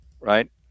right